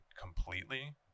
completely